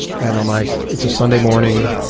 and um like it's a sunday morning,